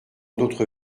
d’autres